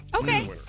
Okay